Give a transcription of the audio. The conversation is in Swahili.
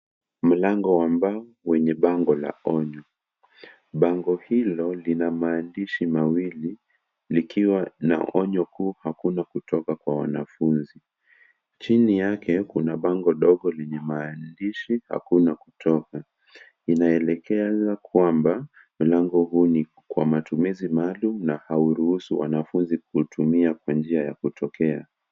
Mlangio wa mbao wenye bango la onyo ,bango hilo linamaandishi mawili likiwa na onyo kuu hakuna kutoka kwa wanafunzi ,chini yake kuna bango ndogo lenye maandishi hakuna kutoka, inaelekeza kwamba mlango huu ni kwa matumizi maalum na hauruhusu wanafunzi kuhutumia kwa njia ya kutokea.